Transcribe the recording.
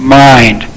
mind